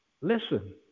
Listen